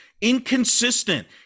inconsistent